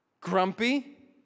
grumpy